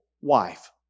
wife